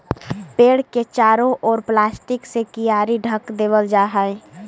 पेड़ के चारों ओर प्लास्टिक से कियारी ढँक देवल जा हई